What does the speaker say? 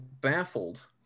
baffled